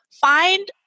find